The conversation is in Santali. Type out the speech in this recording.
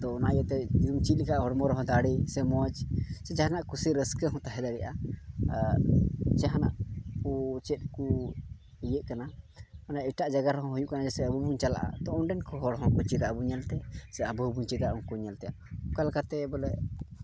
ᱟᱫᱚ ᱚᱱᱟ ᱤᱭᱟᱹᱛᱮ ᱡᱩᱫᱤᱢ ᱪᱮᱫ ᱞᱮᱠᱷᱟᱡ ᱦᱚᱲᱢᱚ ᱨᱮᱦᱚᱸ ᱫᱟᱲᱮ ᱥᱮ ᱢᱚᱡᱽ ᱥᱮ ᱡᱟᱦᱟᱱᱟᱜ ᱠᱩᱥᱤ ᱨᱟᱹᱥᱠᱟᱹ ᱦᱚᱸ ᱛᱟᱦᱮᱸ ᱫᱟᱲᱮᱭᱟᱜᱼᱟ ᱡᱟᱦᱟᱱᱟᱜ ᱠᱚ ᱪᱮᱫ ᱠᱚ ᱤᱭᱟᱹᱜ ᱠᱟᱱᱟ ᱢᱟᱱᱮ ᱮᱴᱟᱜ ᱡᱟᱭᱜᱟ ᱨᱮᱦᱚᱸ ᱦᱩᱭᱩᱜ ᱠᱟᱱᱟ ᱡᱮᱭᱥᱮ ᱟᱵᱚ ᱵᱚᱱ ᱪᱟᱞᱟᱜᱼᱟ ᱛᱳ ᱚᱸᱰᱮᱱ ᱠᱚ ᱦᱚᱲ ᱦᱚᱸ ᱪᱮᱫᱟ ᱟᱵᱚ ᱧᱮᱞᱛᱮ ᱥᱮ ᱟᱵᱚ ᱦᱚᱸᱵᱚᱱ ᱪᱮᱫᱟ ᱩᱱᱠᱩ ᱧᱮᱞᱛᱮ ᱚᱠᱟ ᱞᱮᱠᱟᱛᱮ ᱵᱚᱞᱮ